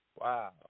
Wow